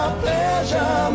pleasure